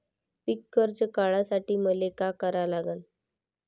पिक कर्ज काढासाठी मले का करा लागन?